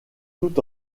tout